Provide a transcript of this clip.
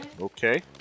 Okay